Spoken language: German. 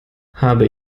habe